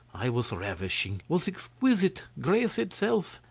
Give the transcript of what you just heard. i was ravishing, was exquisite, grace itself,